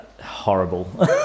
horrible